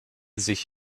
sich